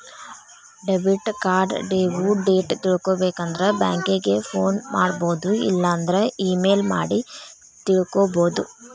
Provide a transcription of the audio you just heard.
debit card ಡೇವು date ತಿಳ್ಕೊಬೇಕಂದ್ರ banking phone ಮಾಡೊಬೋದು ಇಲ್ಲಾಂದ್ರ ಮೇಲ್ ಮಾಡಿ ತಿಳ್ಕೋಬೋದು